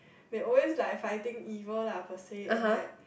they always like fighting evil lah for say